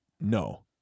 No